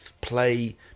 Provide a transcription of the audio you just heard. play